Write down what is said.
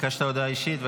ביקשת הודעה אישית.